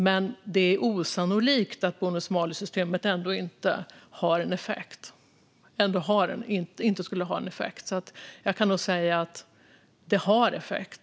Men det är osannolikt att bonus-malus-systemet inte skulle ha effekt. Jag kan nog säga att det har effekt.